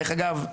דרך אגב,